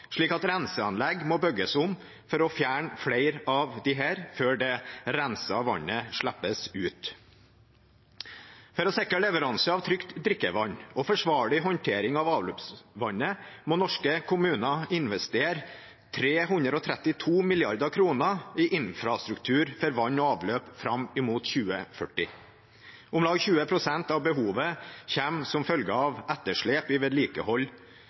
slik at renseanlegg må bygges om for å fjerne flere av disse før det rensede vannet slippes ut. For å sikre leveranse av trygt drikkevann og forsvarlig håndtering av avløpsvannet må norske kommuner investere 332 mrd. kr i infrastruktur for vann og avløp fram mot 2040. Om lag 20 pst av behovet kommer som følge av etterslep i vedlikehold.